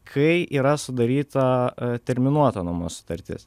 kai yra sudaryta terminuota nuomos sutartis